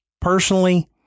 Personally